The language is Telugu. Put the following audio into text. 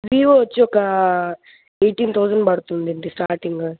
వివో వచ్చి ఒక ఎయిటీన్ థౌజండ్ పడుతుందండి స్టార్టింగ్